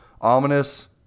Ominous